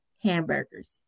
hamburgers